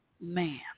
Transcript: Man